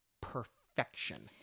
perfection